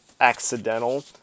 accidental